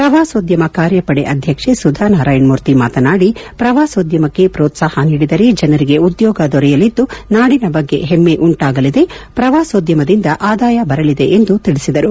ಪ್ರವಾಸೋದ್ಯಮ ಕಾರ್ಯಪದೆ ಅಧ್ಯಕ್ಷೆ ಸುಧಾ ನಾರಾಯಣ ಮೂರ್ತಿ ಮಾತನಾಡಿ ಪ್ರವಾಸೋದ್ಯಮಕ್ಕೆ ಪ್ರೋತ್ಸಾಹ ನೀಡಿದರೆ ಜನರಿಗೆ ಉದ್ಯೋಗ ದೊರೆಯಲಿದ್ದು ನಾದಿನ ಬಗ್ಗೆ ಹೆಮ್ಮೆ ಉಂಟಾಗಲಿದೆ ಪ್ರವಾಸೋದ್ಯಮದಿಂದ ಆದಾಯ ಬರಲಿದೆ ಎಂದು ತಿಳಿಸಿದರು